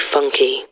Funky